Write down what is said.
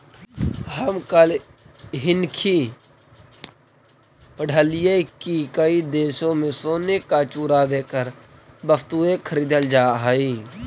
हम कल हिन्कि पढ़लियई की कई देशों में सोने का चूरा देकर वस्तुएं खरीदल जा हई